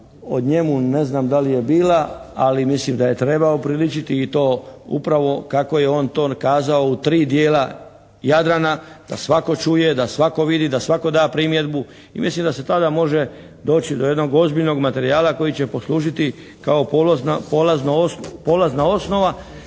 o njemu ne znam da li je bila ali mislim da je treba upriličiti i to upravo kako je on to kazao u 3 dijela Jadrana. Da svatko čuje, da svatko vidi, da svatko da primjedbu i mislim da se tada može doći do jednog ozbiljnog materijala koji će poslužiti kao polazna osnova